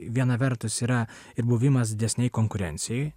viena vertus yra ir buvimas didesnėj konkurencijoj